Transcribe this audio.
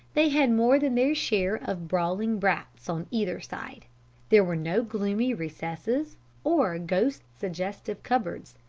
they had more than their share of brawling brats on either side there were no gloomy recesses or ghost-suggestive cupboards,